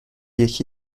یکی